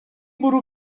bwrw